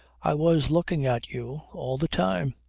i was looking at you all the time.